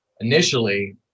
initially